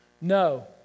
No